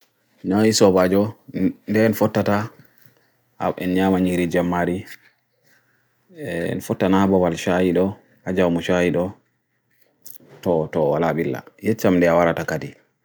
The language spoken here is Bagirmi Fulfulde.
noisobajo, de nfotata ab enyamanyi ri jammari nfotana abo balishaido, ajaw mushaido to, to alabila, itcham de awaratakadi